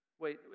Wait